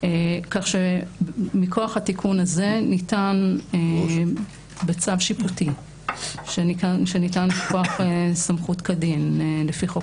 כך שמכוח התיקון הזה ניתן בצו שיפוטי שניתן מכוח סמכות כדין לפי חוק